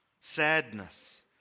sadness